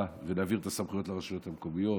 ולהעביר את הסמכויות לרשויות המקומיות,